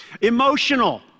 Emotional